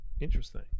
Interesting